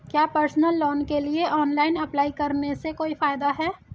क्या personal loan के लिए ऑनलाइन अप्लाई करने से कोई फायदा है?